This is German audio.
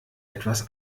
etwas